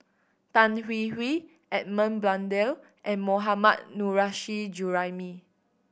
Tan Hwee Hwee Edmund Blundell and Mohammad Nurrasyid Juraimi